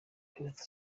health